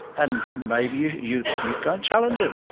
and maybe you, you go and challenge him.